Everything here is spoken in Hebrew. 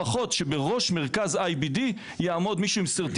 לפחות שבראש מרכז IBD יעמוד מישהו עם certificate